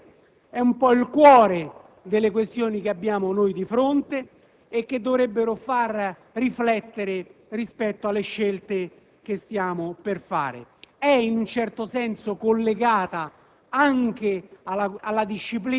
La questione delle municipalizzate è il cuore delle questioni che abbiamo noi di fronte e che dovrebbero far riflettere rispetto alle scelte che stiamo per fare. E' in un certo senso collegata